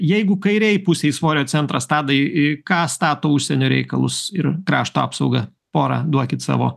jeigu kairėj pusėj svorio centras tadai ką stato į užsienio reikalus ir krašto apsaugą porą duokit savo